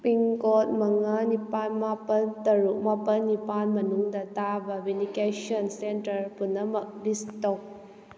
pincode ꯃꯉꯥ ꯅꯤꯄꯥꯜ ꯃꯥꯄꯜ ꯇꯔꯨꯛ ꯃꯥꯄꯜ ꯅꯤꯄꯥꯜ ꯃꯅꯨꯡꯗ ꯇꯥꯕ ꯚꯦꯅꯤꯀꯦꯁꯟ ꯁꯦꯟꯇꯔ ꯄꯨꯝꯅꯃꯛ ꯂꯤꯁ ꯇꯧ